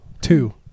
Two